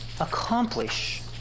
accomplish